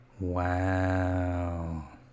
Wow